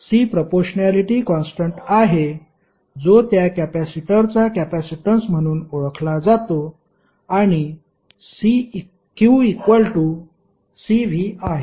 C proportionality constant आहे जो त्या कॅपेसिटरचा कॅपेसिटन्स म्हणून ओळखला जातो आणि qCv आहे